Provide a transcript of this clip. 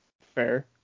Fair